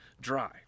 dry